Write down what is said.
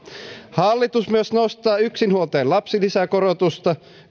hallitus myös nostaa yksinhuoltajan lapsilisäkorotusta